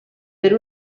per